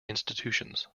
institutions